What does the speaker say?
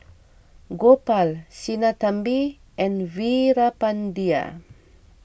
Gopal Sinnathamby and Veerapandiya